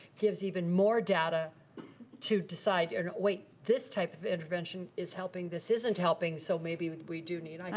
gives even more data to decide, and oh wait this type of intervention is helping, this isn't helping, so maybe we do need. i mean